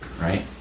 right